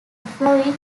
fluid